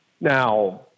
Now